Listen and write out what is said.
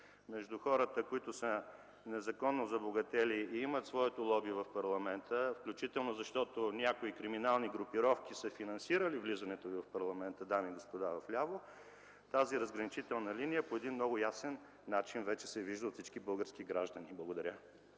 между хора, които са незаконно забогатели и имат своето лоби в парламента, включително защото някои криминални групировки са финансирали влизането Ви в парламента, дами и господа вляво, тази разграничителна линия вече се вижда по един много ясен начин от всички български граждани. Благодаря.